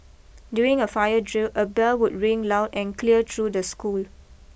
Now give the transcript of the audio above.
during a fire drill a bell would ring loud and clear through the school